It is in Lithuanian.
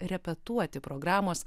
repetuoti programos